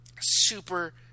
Super